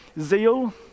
zeal